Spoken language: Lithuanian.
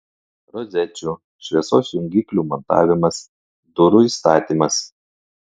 rozečių šviesos jungiklių montavimas durų įstatymas